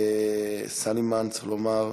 צריך לומר: